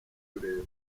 rurerure